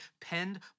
penned